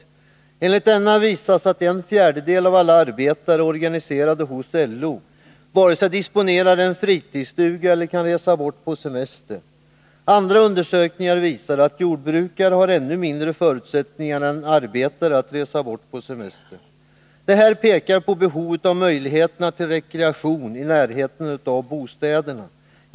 Denna utredning visar att en fjärdedel av alla arbetare organiserade inom LO varken disponerar en fritidsstuga eller kan resa bort på semester. Andra undersökningar visar att jordbrukare har ännu mindre förutsättningar än arbetare att resa bort på semester. Det här pekar på behovet av möjligheter till rekreation i närheten av bostäderna.